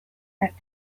said